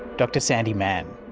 dr sandi mann.